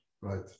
right